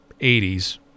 80s